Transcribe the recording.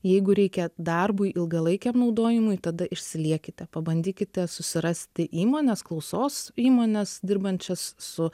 jeigu reikia darbui ilgalaikiam naudojimui tada išsiliekite pabandykite susirasti įmones klausos įmones dirbančias su